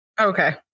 okay